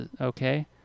Okay